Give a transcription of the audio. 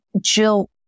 Jill